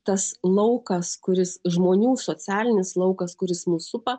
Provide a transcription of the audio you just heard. tas laukas kuris žmonių socialinis laukas kuris mus supa